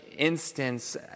instance